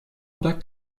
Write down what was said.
oder